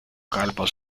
calvo